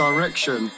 Direction